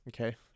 Okay